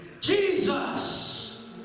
Jesus